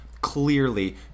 clearly